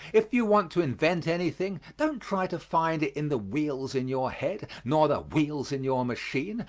if you want to invent anything, don't try to find it in the wheels in your head nor the wheels in your machine,